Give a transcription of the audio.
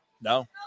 No